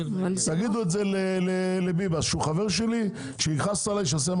תגידו את זה לביבס שהוא חבר שלי, שיכעס עליי.